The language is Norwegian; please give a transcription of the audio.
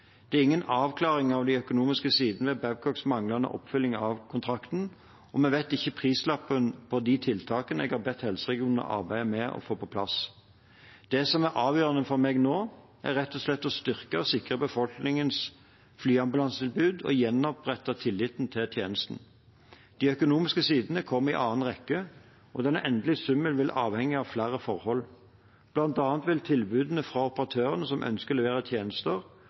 Det er ingen avklaring av de økonomiske sidene ved Babcocks manglende oppfyllelse av kontrakten, og vi vet ikke prislappen på de tiltakene jeg har bedt helseregionene arbeide med å få på plass. Det som er avgjørende for meg nå, er rett og slett å styrke og sikre befolkningens flyambulansetilbud og gjenopprette tilliten til tjenesten. De økonomiske sidene kommer i andre rekke, og den endelige summen vil avhenge av flere forhold. Blant annet vil tilbudene fra operatørene som ønsker å levere tjenester,